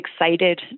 excited